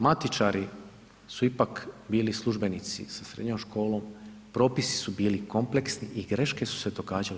Matičari su ipak bili službenici sa srednjom školom, propisi su bili kompleksni i greške su se događale.